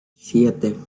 siete